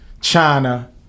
China